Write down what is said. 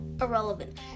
irrelevant